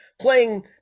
playing